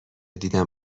دیدم